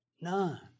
None